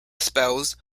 spells